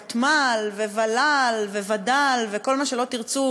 ותמ"ל וול"ל ווד"ל וכל מה שלא תרצו,